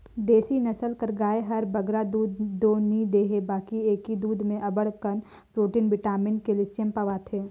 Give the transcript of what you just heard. देसी नसल कर गाय हर बगरा दूद दो नी देहे बकि एकर दूद में अब्बड़ अकन प्रोटिन, बिटामिन, केल्सियम पवाथे